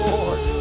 Lord